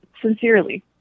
sincerely